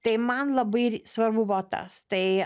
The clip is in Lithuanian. tai man labai svarbu buvo tas tai